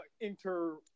inter